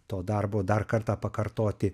to darbo dar kartą pakartoti